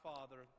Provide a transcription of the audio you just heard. Father